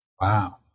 Wow